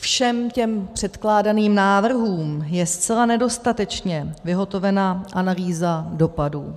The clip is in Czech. Všem těm předkládaným návrhům je zcela nedostatečně vyhotovena analýza dopadů.